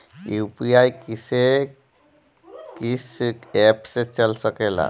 UPI किस्से कीस app से चल सकेला?